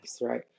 right